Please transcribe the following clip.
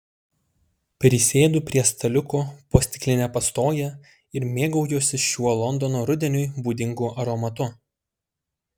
prisėdu prie staliuko po stikline pastoge ir mėgaujuosi šiuo londono rudeniui būdingu aromatu